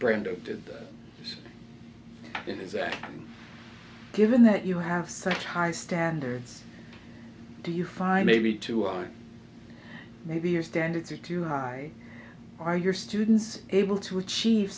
that in his that given that you have such high standards do you find maybe two are maybe your standards are too high or your students able to achieve